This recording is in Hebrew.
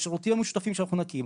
השירותים המשותפים שאנחנו נקים,